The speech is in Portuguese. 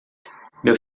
meu